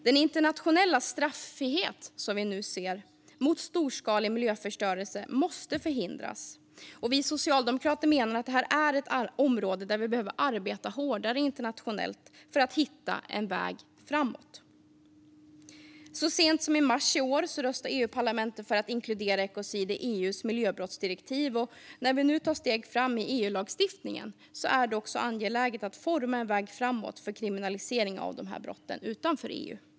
Den internationella straffrihet vi nu ser när det gäller storskalig miljöförstörelse måste förhindras, och vi socialdemokrater menar att detta är ett område där vi behöver arbeta hårdare internationellt för att hitta en väg framåt. Så sent som i mars i år röstade EU-parlamentet för att inkludera ekocid i EU:s miljöbrottsdirektiv, och när vi nu tar steg framåt i EU-lagstiftningen är det angeläget att forma en väg framåt för kriminalisering av dessa brott även utanför EU.